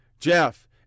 Jeff